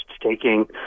taking